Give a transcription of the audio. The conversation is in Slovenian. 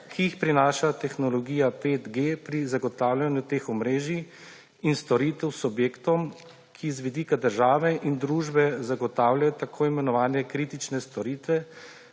ki jih prinaša tehnologija 5G pri zagotavljanju teh omrežij in storitev subjektom, ki z vidika države in družbe zagotavljajo tako imenovane kritične storitve,